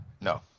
no